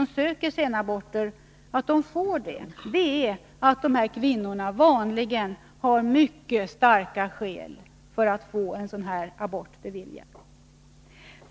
ansöker om senabort har fått sin ansökan beviljad är att dessa kvinnor vanligen har mycket starka skäl för detta.